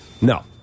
No